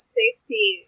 safety